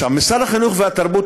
משרד החינוך והתרבות,